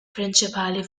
prinċipali